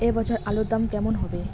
এ বছর আলুর দাম কেমন হবে?